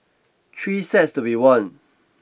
three sets to be won